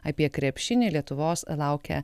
apie krepšinį lietuvos laukia